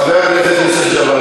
חברת הכנסת שולי מועלם,